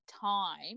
time